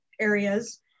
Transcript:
areas